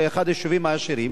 שזה אחד היישובים העשירים.